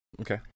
okay